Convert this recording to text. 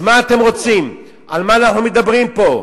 אז מה אתם רוצים, על מה אנחנו מדברים פה?